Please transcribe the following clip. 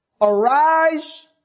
arise